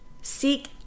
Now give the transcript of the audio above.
seek